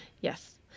yes